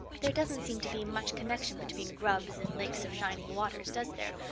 there doesn't seem to be much connection between grubs and lakes of shining waters, does there?